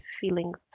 feeling